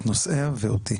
את נושאיה ואותי,